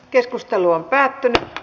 keskustelu päättyi